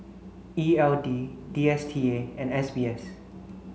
E L D D S T A and S B S